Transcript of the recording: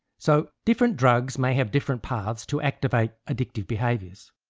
so different drugs may have different paths to activate addictive behaviours.